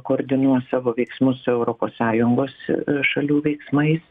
koordinuos savo veiksmus europos sąjungos šalių veiksmais